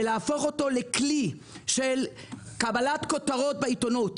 ולהפוך אותו לכלי של קבלת כותרות בעיתונות